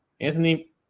Anthony